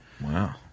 Wow